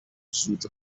زود